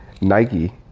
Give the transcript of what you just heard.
Nike